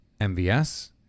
MVS